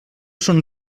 són